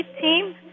team